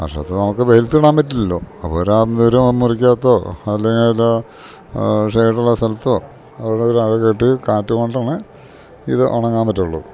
വർഷത്ത് നമക്ക് വെയിലത്തിടാൻ പറ്റില്ലല്ലോ അപ്പരാ ഒരു മുറിക്കകത്തോ അല്ലെങ്കില് വല്ല ഷെഡുള്ള സ്ഥലത്തോ അവിടെ അഴകെട്ടി കാറ്റ് കൊണ്ടാണ് ഇത് ഒണങ്ങാൻ പറ്റുള്ളൂ